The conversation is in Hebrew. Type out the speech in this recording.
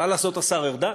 השר ארדן,